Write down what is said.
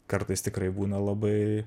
kartais tikrai būna labai